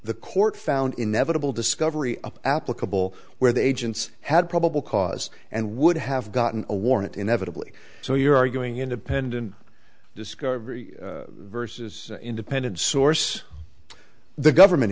the court found inevitable discovery up applicable where the agents had probable cause and would have gotten a warrant inevitably so you're arguing independent discovery versus independent source the government